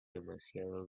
demasiado